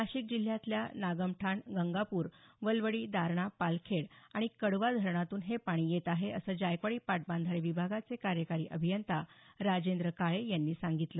नाशिक जिल्ह्यातल्या नागमठाण गंगापूर वलवडी दारणा पालखेड आणि कडवा धरणातून हे पाणी येत आहे असं जायकवाडी पाटबंधारे विभागाचे कार्यकारी अभियंता राजेंद्र काळे यांनी सांगितलं